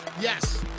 Yes